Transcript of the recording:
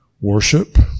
worship